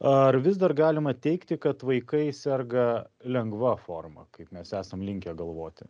ar vis dar galima teigti kad vaikai serga lengva forma kaip mes esam linkę galvoti